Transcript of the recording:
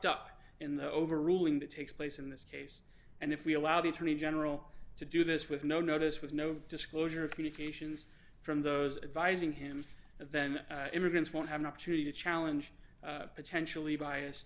up in the overruling that takes place in this case and if we allow the attorney general to do this with no notice with no disclosure of communications from those advising him then immigrants will have an opportunity to challenge potentially biased